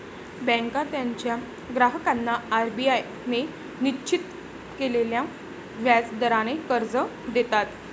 बँका त्यांच्या ग्राहकांना आर.बी.आय ने निश्चित केलेल्या व्याज दराने कर्ज देतात